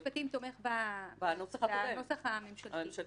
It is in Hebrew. משרד המשפטים תומך בנוסח הממשלתי.